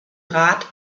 rat